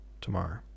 tomorrow